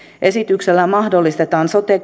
esityksellä mahdollistetaan se että sote